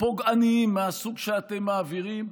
פוגעניים מהסוג שאתם מעבירים,